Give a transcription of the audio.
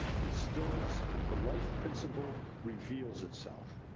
and stillness the life principle reveals itself.